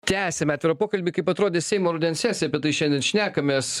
tęsiame atvirą pokalbį kaip atrodė seimo rudens sesija apie tai šiandien šnekamės